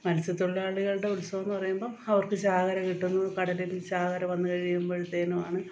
മത്സ്യത്തൊഴിലാളികളുടെ ഉത്സവമെന്നു പറയുമ്പം അവർക്ക് ചാകര കിട്ടുന്നത് കടലിൽ ചാകര വന്നു കഴിയുമ്പോഴത്തേനുമാണ്